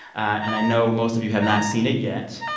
and i know most of you have not seen it yet.